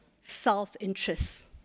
self-interest